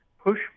push